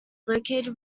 located